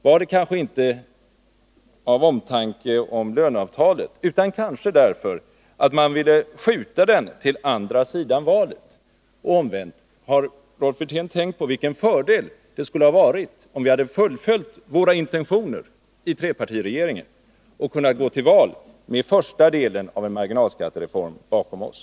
Var det kanske inte av omtanke om löneavtalet, utan för att man ville skjuta sänkningen till andra sidan valet? Och omvänt: Har Rolf Wirtén tänkt på vilken fördel det skulle ha varit, om vi hade fullföljt trepartiregeringens intentioner och hade kunnat gå till val med första delen av en marginalskattereform bakom oss?